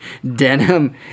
Denim